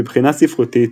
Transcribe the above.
מבחינה ספרותית,